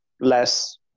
less